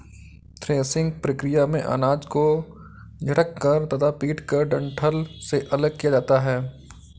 threshing प्रक्रिया में अनाज को झटक कर तथा पीटकर डंठल से अलग किया जाता है